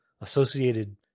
associated